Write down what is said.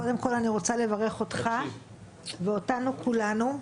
קודם כל אני רוצה לברך אותך ואותנו כולנו.